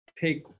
take